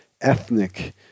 ethnic